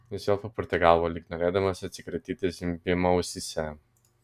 jis vėl papurtė galvą lyg norėdamas atsikratyti zvimbimo ausyse